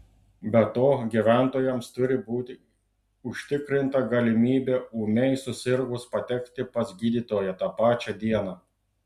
be to gyventojams turi būti užtikrinta galimybė ūmiai susirgus patekti pas gydytoją tą pačią dieną